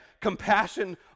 compassion